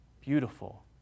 beautiful